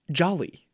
jolly